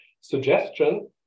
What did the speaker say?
suggestion